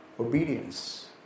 Obedience